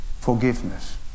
Forgiveness